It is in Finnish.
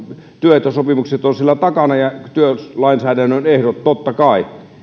työehtosopimukset ovat siellä takana ja työlainsäädännön ehdot totta kai